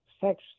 sex